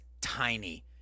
tiny